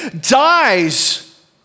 dies